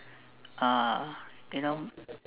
uh you know